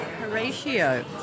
Horatio